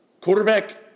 Quarterback